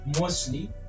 mostly